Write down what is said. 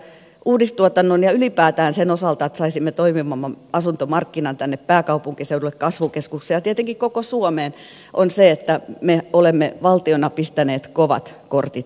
uudistuotannon ja ylipäätään sen osalta että saisimme toimivamman asuntomarkkinan tänne pääkaupunkiseudulle ja kasvukeskuksiin ja tietenkin koko suomeen me olemme valtiona pistäneet kovat kortit pöytään